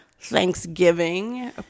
Thanksgiving